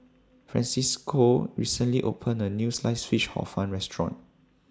Francisco recently opened A New Sliced Fish Hor Fun Restaurant